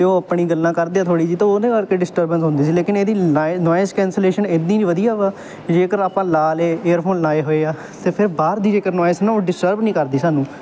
ਅਤੇ ਉਹ ਆਪਣੀ ਗੱਲਾਂ ਕਰਦੇ ਆ ਥੋੜ੍ਹੀ ਜਿਹੀ ਤਾਂ ਉਹਦੇ ਕਰਕੇ ਡਿਸਟਰਬੈਂਸ ਹੁੰਦੀ ਸੀ ਲੇਕਿਨ ਇਹਦੀ ਲੋਇ ਨੋਇਸ ਕੈਂਸਲੇਸ਼ਨ ਇੰਨੀ ਵਧੀਆ ਵਾ ਜੇਕਰ ਆਪਾਂ ਲਾ ਲਏ ਏਅਰਫੋਨ ਲਾਏ ਹੋਏ ਆ ਤਾਂ ਫਿਰ ਬਾਹਰ ਦੀ ਜੇਕਰ ਨੋਇਸ ਨਾ ਉਹ ਡਿਸਟਰਬ ਨਹੀਂ ਕਰਦੀ ਸਾਨੂੰ